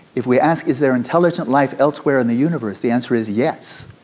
if we ask is there intelligent life elsewhere in the universe, the answer is yes.